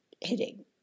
hitting